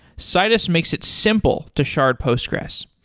citus makes it simple to shard postgres.